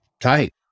tight